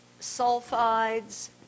sulfides